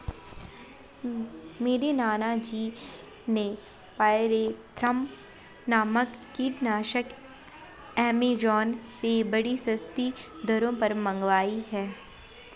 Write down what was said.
मेरे नाना जी ने पायरेथ्रम नामक कीटनाशक एमेजॉन से बड़ी सस्ती दरों पर मंगाई है